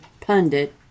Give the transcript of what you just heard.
pundit